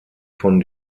von